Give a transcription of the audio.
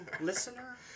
listener